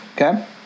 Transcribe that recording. okay